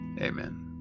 Amen